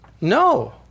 No